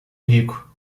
rico